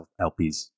LPs